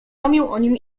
powiadomił